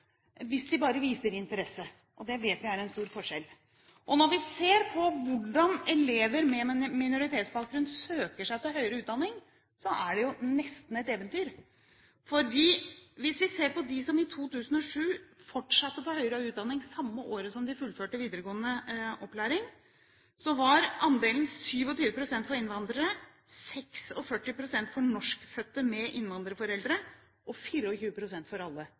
hvis de bare viser interesse. Der vet vi det er en stor forskjell. Når vi ser på hvordan elever med minoritetsbakgrunn søker seg til høyere utdanning, er det nesten et eventyr. Hvis vi ser på dem som i 2007 fortsatte på høyere utdanning samme året som de fullførte videregående opplæring, var andelen 27 pst. for innvandrere, 46 pst. for norskfødte med innvandrerforeldre og 24 pst. for alle